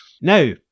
Now